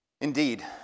Indeed